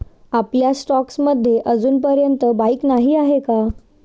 आपल्या स्टॉक्स मध्ये अजूनपर्यंत बाईक नाही आहे का?